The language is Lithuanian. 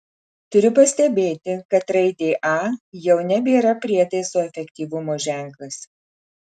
turiu pastebėti kad raidė a jau nebėra prietaiso efektyvumo ženklas